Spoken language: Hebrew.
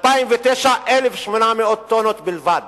2009, 1,800 טונות בלבד.